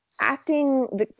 acting